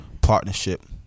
partnership